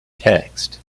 text